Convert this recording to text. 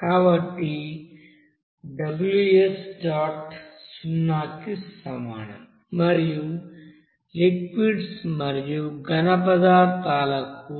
కాబట్టి సున్నాకి సమానం మరియు లిక్విడ్స్ మరియు ఘనపదార్థాలకు